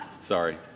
sorry